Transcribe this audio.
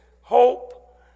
hope